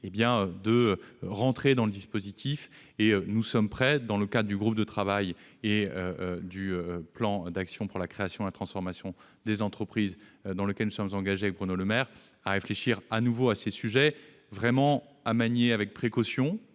d'entrer dans le dispositif. Nous sommes prêts, dans le cadre du groupe de travail et du plan d'action pour la croissance et la transformation des entreprises, dans lequel nous sommes engagés avec Bruno Le Maire, à réfléchir de nouveau à ces sujets, qu'il faut néanmoins manier avec précaution